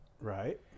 Right